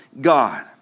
God